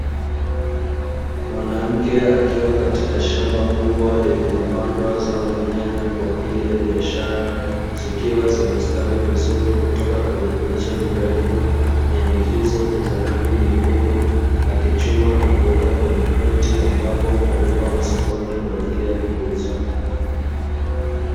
Mwanamke akiwa katika shamba kubwa lililopandwa zao la nyanya kwa ajili ya biashara zikiwa zimestawi vizuri kutoka kwenye miche mirefu. Nyanya hizo ni za rangi nyekundu angechuma na kuweka kwenye kreti ambapo hupelekwa masokoni kwa ajili ya kuuzwa.